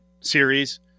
series